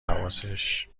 حواسش